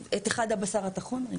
מדינת ישראל היא